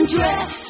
dress